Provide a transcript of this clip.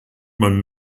man